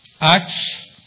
Acts